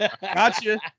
Gotcha